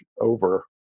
over